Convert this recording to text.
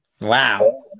Wow